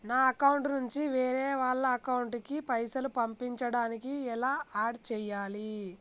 నా అకౌంట్ నుంచి వేరే వాళ్ల అకౌంట్ కి పైసలు పంపించడానికి ఎలా ఆడ్ చేయాలి?